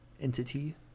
entity